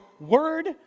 word